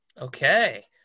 Okay